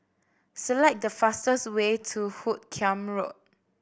select the fastest way to Hoot Kiam Road